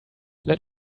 let